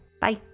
Bye